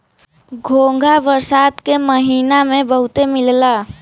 घोंघा बरसात के महिना में बहुते मिलला